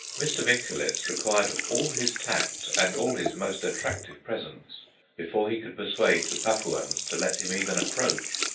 mr. micholitz required all his tact and all his most attractive presents before he could persuade the papuans to let him even approach.